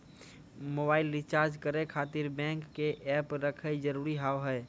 Mobile recharge करे खातिर bank के ऐप रखे जरूरी हाव है?